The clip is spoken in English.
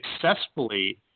successfully